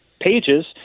pages